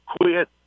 quit